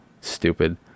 Stupid